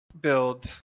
build